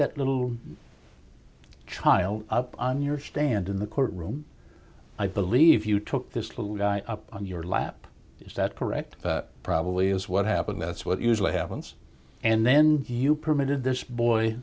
that little child up on your stand in the court room i believe you took this little guy up on your lap is that correct probably is what happened that's what usually happens and then you permitted this boy